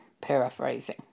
paraphrasing